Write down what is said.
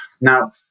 Now